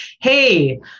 Hey